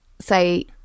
say